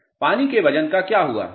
पानी के वजन का क्या हुआ है